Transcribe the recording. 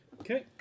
Okay